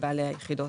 היחידות.